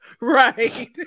Right